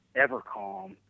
EverCalm